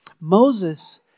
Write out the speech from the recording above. Moses